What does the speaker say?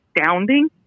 astounding